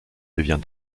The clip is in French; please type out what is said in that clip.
devient